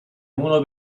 uno